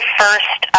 first